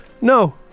No